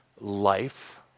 life